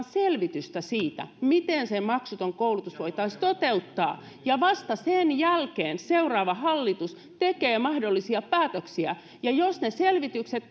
selvitystä siitä miten se maksuton koulutus voitaisiin toteuttaa ja vasta sen jälkeen seuraava hallitus tekee mahdollisia päätöksiä jos selvitykset